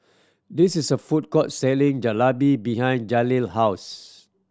this is a food court selling Jalebi behind Jaleel house